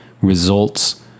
results